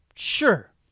Sure